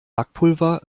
backpulver